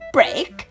Break